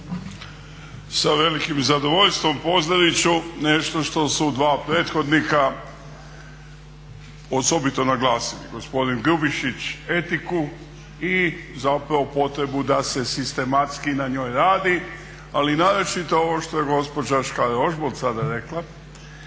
Sa velikim zadovoljstvom pozdravit ću nešto što su dva prethodnika osobito naglasili, gospodin Grubišić etiku i zapravo potrebu da se sistematski na njoj radi, ali naročito ovo što je gospođa Škare-Ožbolt sada rekla,